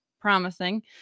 promising